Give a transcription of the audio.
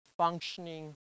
Functioning